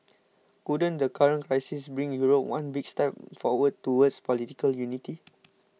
couldn't the current crisis bring Europe one big step forward towards political unity